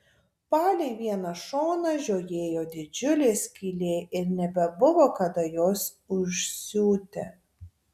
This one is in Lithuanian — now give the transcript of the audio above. palei vieną šoną žiojėjo didžiulė skylė ir nebebuvo kada jos užsiūti